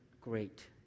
great